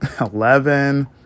eleven